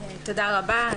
תודה רבה.